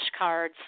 flashcards